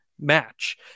match